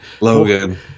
Logan